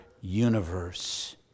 universe